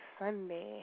Sunday